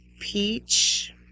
peach